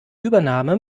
übernahme